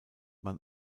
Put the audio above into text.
man